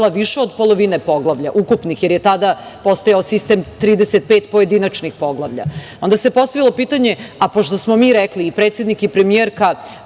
više od polovine poglavlja ukupnih, jer je tada postojao sistem 35 pojedinačnih poglavlja. Onda se postavilo pitanje, a pošto smo mi rekli i predsednik i premijerka,